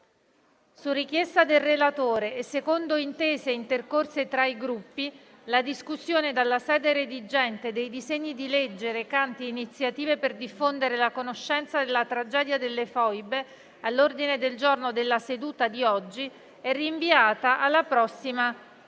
Su richiesta del relatore e secondo intese intercorse tra i Gruppi, la discussione dalla sede redigente dei disegni di legge recanti iniziative per diffondere la conoscenza della tragedia delle foibe, all'ordine del giorno della seduta di oggi, è rinviata alla prossima